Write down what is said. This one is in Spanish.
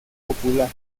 popular